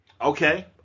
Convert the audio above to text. Okay